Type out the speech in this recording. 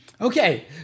Okay